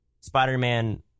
Spider-Man